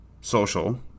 social